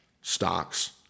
stocks